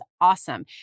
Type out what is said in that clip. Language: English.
awesome